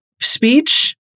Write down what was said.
speech